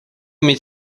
mieć